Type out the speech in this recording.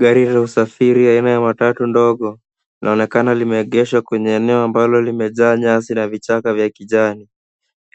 Gari la usafiri aina ya matatu ndogo, linaonekana limeegeshwa kwenye eneo ambalo limejaa nyasi na vichaka vya kijani.